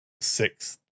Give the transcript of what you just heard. six